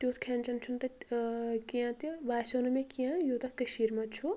تیٛتھ کھیٚن چیٚن چھُنہٕ تَتہِ ٲں کیٚنٛہہ تہِ باسیٛو نہٕ مےٚ کیٚنٛہہ یوٗتاہ کٔشیرِ منٛز چھُ